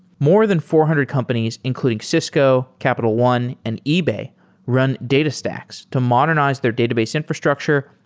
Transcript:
more than four hundred companies including cisco, capital one, and ebay run datastax to modernize their database infrastructure,